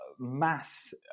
mass